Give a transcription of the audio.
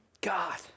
God